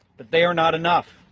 but they are not enough